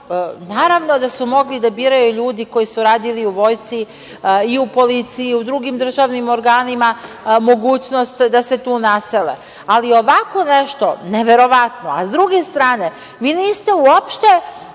naravno da su mogli da biraju ljudi koji su radili u vojsci i u policiji i u drugim državnim organima mogućnost da se tu nasele, ali ovako nešto neverovatno, a sa druge strane vi niste uopšte